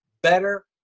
Better